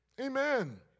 Amen